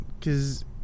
cause